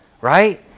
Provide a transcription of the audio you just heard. right